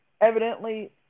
evidently